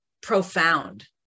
profound